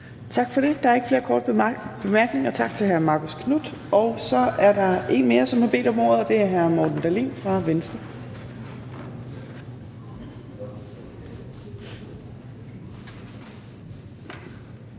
Tak for det. Der er ikke flere korte bemærkninger. Tak til hr. Marcus Knuth. Så er der en mere, som har bedt om ordet, og det er hr. Morten Dahlin fra Venstre.